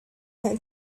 had